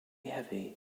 heavy